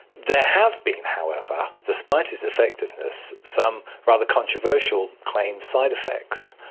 there have been, however, despite its effectiveness, some rather controversial claimed side effects,